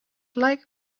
like